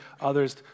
others